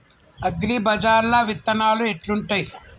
అగ్రిబజార్ల విత్తనాలు ఎట్లుంటయ్?